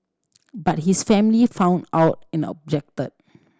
but his family found out and objected